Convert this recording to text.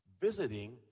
visiting